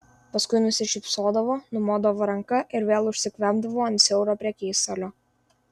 paskui nusišypsodavo numodavo ranka ir vėl užsikvempdavo ant siauro prekystalio